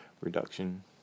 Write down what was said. reduction